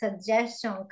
suggestion